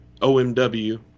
OMW